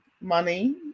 money